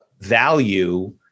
value